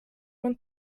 man